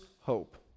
hope